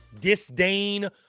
disdain